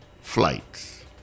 Flights